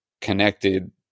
connected